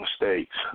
mistakes